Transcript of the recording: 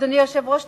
אדוני היושב-ראש,